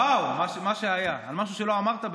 וואו, מה שהיה, על משהו שלא אמרת בכלל.